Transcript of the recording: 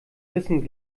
wissen